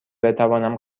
بتوانم